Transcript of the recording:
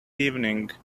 evening